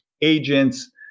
agents